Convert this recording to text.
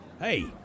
Hey